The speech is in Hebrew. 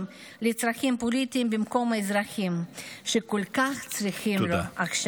לצרכים פוליטיים במקום לאזרחים שכל כך צריכים עכשיו.